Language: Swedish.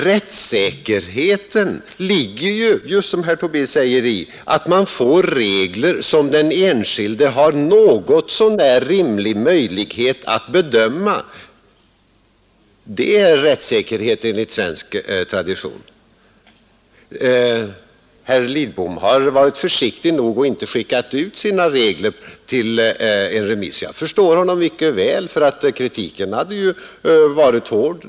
Rättssäkerheten ligger ju, som herr Tobé säger, i att man får regler som den enskilde har något så när rimlig möjlighet att bedöma. Det är rättssäkerhet enligt svensk tradition. Herr Lidbom har varit försiktig nog att inte skicka ut sina regler på remiss. Jag förstår honom mycket väl, för kritiken hade ju blivit hård.